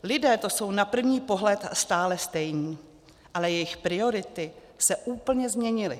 Lidé to jsou na první pohled stále stejní, ale jejich priority se úplně změnily.